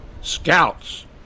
scouts